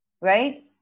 right